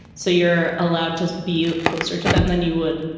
so you're allowed just be closer to them than you would.